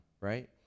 right